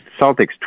Celtics